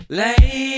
lay